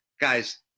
guys